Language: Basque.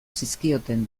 zizkioten